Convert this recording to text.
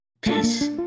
Peace